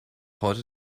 heute